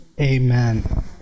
amen